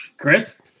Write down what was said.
Chris